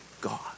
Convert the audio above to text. God